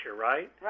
right